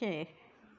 छे